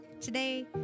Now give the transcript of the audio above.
today